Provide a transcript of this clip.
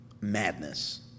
madness